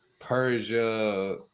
Persia